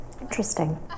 Interesting